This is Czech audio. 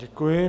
Děkuji.